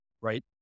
right